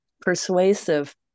persuasive